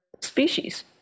species